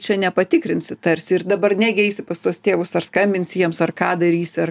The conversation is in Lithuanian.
čia nepatikrinsi tarsi ir dabar negi eisi pas tuos tėvus ar skambinsi jiems ar ką darysi ar